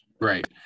Right